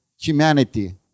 humanity